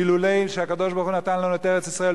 ואילולא שהקדוש-ברוך-הוא נתן לנו את ארץ-ישראל,